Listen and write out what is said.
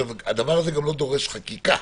הדבר הזה גם לא דורש חקיקה,